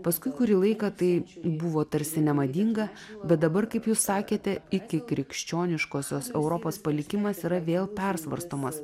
paskui kurį laiką tai buvo tarsi nemadinga bet dabar kaip jūs sakėte ikikrikščioniškosios europos palikimas yra vėl persvarstomas